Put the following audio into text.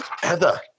heather